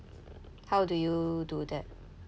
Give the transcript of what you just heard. how do you do that